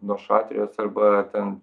nuo šatrijos arba ten